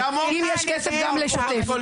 אם יש כסף גם לשוטף.